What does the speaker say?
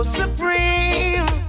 supreme